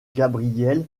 gabriel